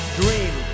dream